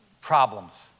problems